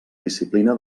disciplina